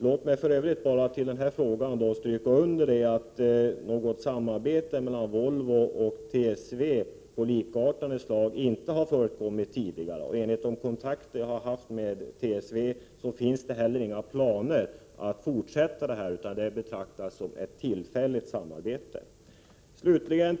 Låt mig för övrigt bara i den här frågan stryka under att något samarbete mellan Volvo och TSV av likartat slag inte förekommit tidigare, och enligt de kontakter som jag haft med TSV finns det inte heller några planer på att fortsätta, utan samarbetet betraktas som tillfälligt.